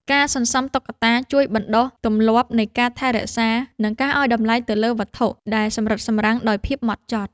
ការសន្សំតុក្កតាជួយបណ្ដុះ ទម្លាប់នៃការថែរក្សា និងការឱ្យតម្លៃទៅលើវត្ថុដែលសម្រិតសម្រាំងដោយភាពហ្មត់ចត់។